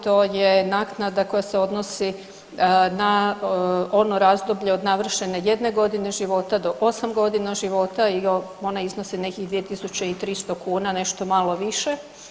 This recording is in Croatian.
To je naknada koja se odnosi na ono razdoblje od navršene 1 godine života do 8 godina života i ona iznosi nekih 2.300 nešto malo više.